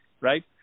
right